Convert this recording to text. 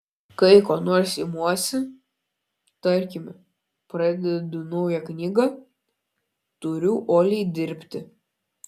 kai ko nors imuosi tarkime pradedu naują knygą turiu uoliai dirbti